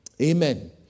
Amen